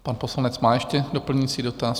Pan poslanec má ještě doplňující dotaz?